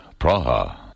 Praha